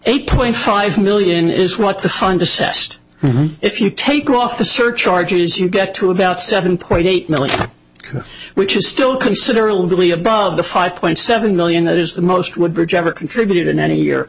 eight point five million is what the fund assessed if you take off the surcharge as you get to about seven point eight million which is still considerably above the five point seven million that is the most woodbridge ever contributed in any